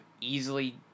easily